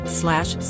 slash